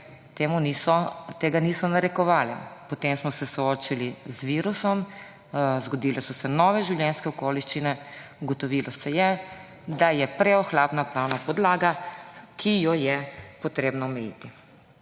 tega niso narekovale. Potem smo se soočili z virusom, zgodile so se nove življenjske okoliščine. Ugotovilo se je, da je preohlapna pravna podlaga, ki jo je treba omejiti.